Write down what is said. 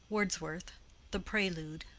wordsworth the prelude.